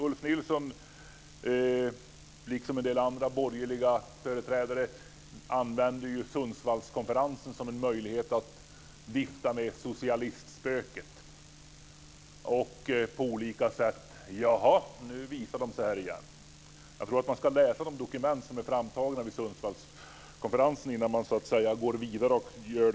Ulf Nilsson, liksom en del andra borgerliga företrädare, använder Sundsvallskonferensen som en möjlighet att vifta med socialistspöket. Jaha, säger man, nu visar de sig här igen! Jag tror att man ska läsa de dokument som har tagits fram vid Sundsvallskonferensen innan man gör sådana bombastiska uttalanden.